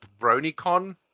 BronyCon